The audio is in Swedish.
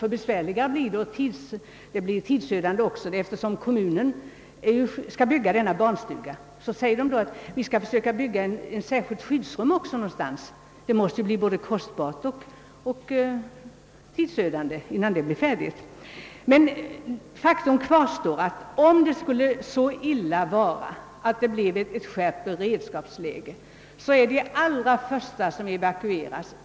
Ty så blir det; och det blir även tidsödande. När kommunen skall bygga barnstugan och dessutom måste försöka ordna ett särskilt skyddsrum någonstans förstår man att det måste bli dyrbart och att det tar lång tid innan anläggningen är klar. Men faktum kvarstår: om det skulle gå så illa att vi får ett skärpt beredskapsläge, är just småbarnen de allra första som evakueras.